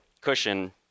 cushion